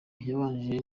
yabanje